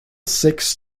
six